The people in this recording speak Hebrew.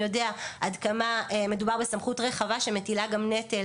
יודע עד כמה מדובר בסמכות רחבה שמטילה נטל